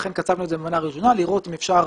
לכן קצבנו את זה במנה ראשונה, לראות אם אפשר.